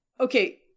Okay